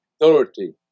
authority